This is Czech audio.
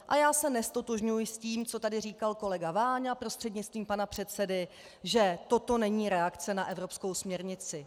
A já se neztotožňuji s tím, co tady říkal kolega Váňa prostřednictvím pana předsedy, že toto není reakce na evropskou směrnici.